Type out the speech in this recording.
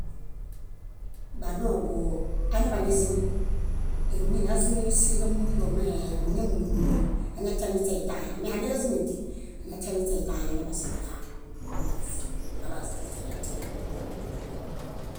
Banoo bóo añaḃanizim. Éñi nezuni síġamuliġo mee ámiñamulimuli añatian iśeitãhe, ámihandeġazimedi, añatian iśeitãhe añaḃasinixaa, nidus bala sízœr etia.